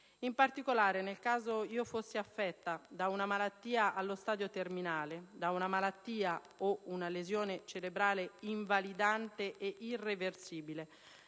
In particolare, nel caso io fossi affetta da una malattia allo stadio terminale, da una malattia o una lesione cerebrale invalidante e irreversibile,